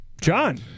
John